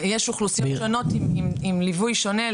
יש אוכלוסיות שונות עם ליווי שונה.